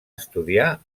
estudiar